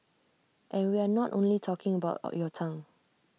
and we are not only talking about your tongue